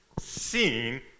seen